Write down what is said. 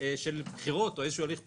של בחירות או איזה הליך פוליטי.